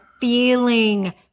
feeling